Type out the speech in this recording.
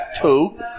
Two